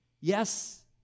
Yes